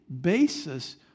basis